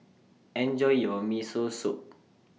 Enjoy your Miso Soup